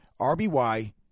RBY